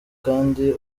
kandi